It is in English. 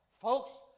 Folks